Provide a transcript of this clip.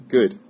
Good